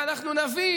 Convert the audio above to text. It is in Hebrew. ואנחנו נביא,